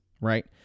Right